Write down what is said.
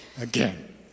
again